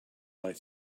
light